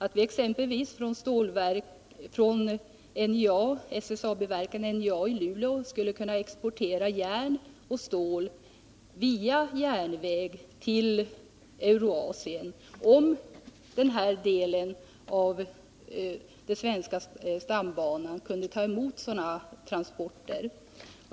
De ger vid handen att vi från SSAB-verken NJA i Luleå skulle kunna exportera järn och stål via järnväg till Eurasien, om den här delen av den svenska stambanan kunde ta emot sådana transporter.